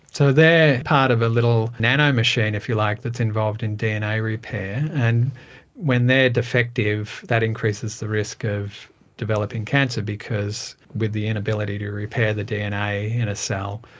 so they are part of a little nanomachine, if you like, that's involved in dna repair. and when they are defective, that increases the risk of developing cancer because with the inability to repair the dna in a cell,